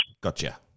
Gotcha